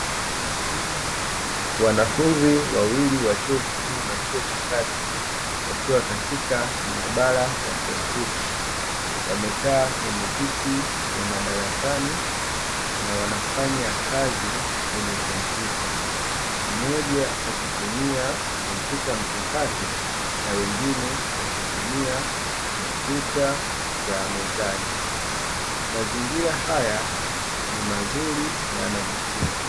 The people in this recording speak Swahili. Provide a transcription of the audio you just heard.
Wanafunzi wawili wa chuo kikuu na cha kati wakiwa katika maabara ya kompyuta wamekaa kwenye viti vya madarasani na wanafanya kazi kwenye kompyuta, mmoja akitumia kompyuta mpakato na wengine wakitumia kompyuta za mezani, mazingira haya ni mazuri na yanavutia.